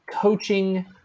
coaching